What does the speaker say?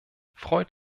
freut